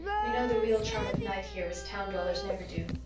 we know the real charm of night here as town dwellers never do.